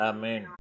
Amen